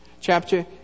Chapter